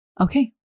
okay